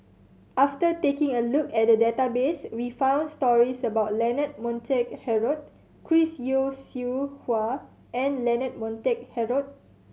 after taking a look at the database we found stories about Leonard Montague Harrod Chris Yeo Siew Hua and Leonard Montague Harrod